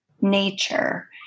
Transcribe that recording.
nature